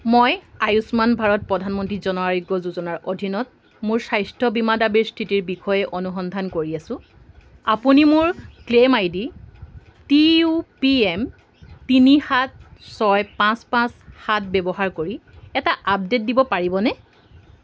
মই আয়ুষ্মান ভাৰত প্ৰধানমন্ত্ৰী জন আৰোগ্য যোজনাৰ অধীনত মোৰ স্বাস্থ্য বীমা দাবীৰ স্থিতিৰ বিষয়ে অনুসন্ধান কৰি আছোঁ আপুনি মোৰ claim I D T U P M তিনি সাত ছয় পাঁচ পাঁচ সাত ব্যৱহাৰ কৰি এটা আপডে'ট দিব পাৰিবনে